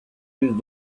yüz